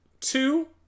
two